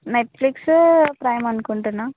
Netflix Prime అనుకుంటున్నాను